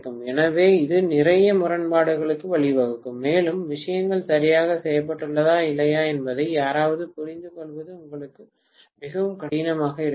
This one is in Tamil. எனவே இது நிறைய முரண்பாடுகளுக்கு வழிவகுக்கும் மேலும் விஷயங்கள் சரியாக செய்யப்பட்டுள்ளதா இல்லையா என்பதை யாராவது புரிந்துகொள்வது உங்களுக்கு மிகவும் கடினமாக இருக்கலாம்